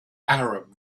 arab